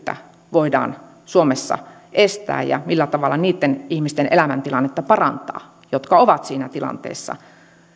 voidaan suomessa estää ja millä tavalla niitten ihmisten elämäntilannetta parantaa jotka ovat siinä tilanteessa